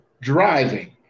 driving